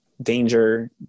danger